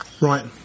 Right